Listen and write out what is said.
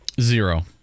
Zero